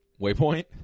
Waypoint